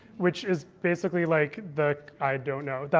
which is basically like the i don't know.